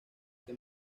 que